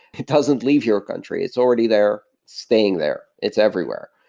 it doesn't leave your country. it's already there staying there. it's everywhere.